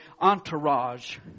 entourage